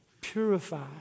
Purify